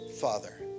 Father